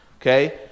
Okay